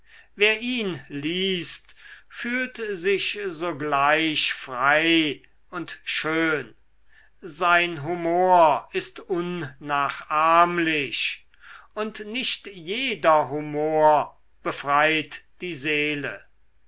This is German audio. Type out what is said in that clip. wer ihn liest fühlt sich sogleich frei und schön sein humor ist unnachahmlich und nicht jeder humor befreit die seele